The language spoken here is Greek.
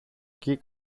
κει